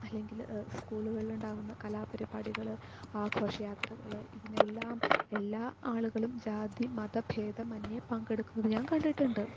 അല്ലെങ്കിൽ സ്കൂളുകളിലുണ്ടാകുന്ന കലാപരിപാടികൾ ആഘോഷയാത്രകൾ ഇതിനെല്ലാം എല്ലാ ആളുകളും ജാതിമതഭേദമെന്യേ പങ്കെടുക്കുന്നത് ഞാൻ കണ്ടിട്ടുണ്ട്